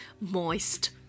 moist